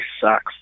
sucks